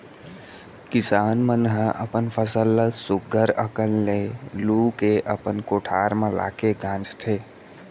किसान मन ह अपन फसल ल सुग्घर अकन ले लू के अपन कोठार म लाके गांजथें